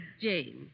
Jane